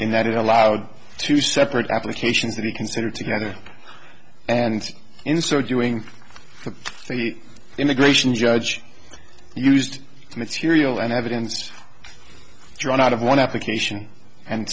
in that it allowed two separate applications to be considered together and in so doing the immigration judge used material and evidence drawn out of one application and